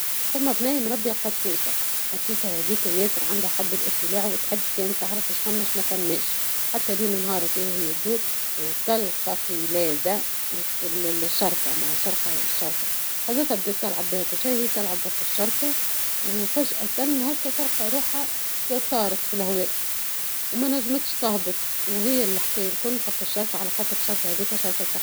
فما بنية مربية قطوسة ،قطوسة هذيكا ياسر عندها حب الاطلاع وتحب كان تعرف اش فما اش مفماش ، حتى ليل نهار كانت تدور وتلقى قلادة الشركة الشرقة ، هزتها بدات تلعب بيها وكل شي هي تلعب بالشرقة وفجأة هكا تلقى روحها طارت في الهوا ومنجمتش تهبط وهي الحكاية الكل فك الشرقة على خاطر الشرقة هذيكا شرقة سحرية.